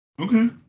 Okay